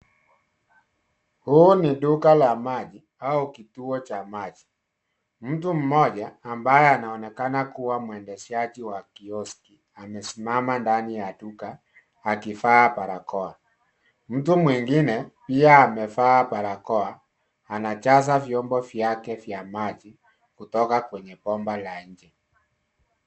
Huu ni duka la maji au kituo cha maji. Mtu mmoja ambaye anaonekana kuwa mwendeshaji wa kioski amesimama ndani ya duka akivaa barakoa. Mtu mwingine pia amevaa barakoa anajaza vyombo vyake vya maji kutoka kwenye bomba la nje.